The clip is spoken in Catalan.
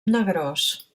negrós